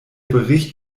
bericht